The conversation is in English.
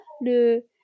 le